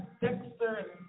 Dexter